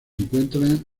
encuentran